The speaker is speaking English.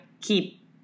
keep